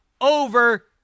Over